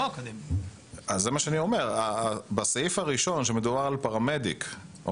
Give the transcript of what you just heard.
אני חושב שצריך להבין שעולם הרפואה הדחופה בארץ ובעולם